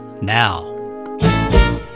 now